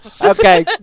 Okay